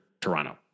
Toronto